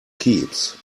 keeps